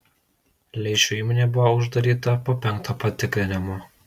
leišio įmonė buvo uždaryta po penkto patikrinimo